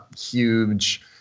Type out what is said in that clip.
huge